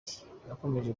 zikomeje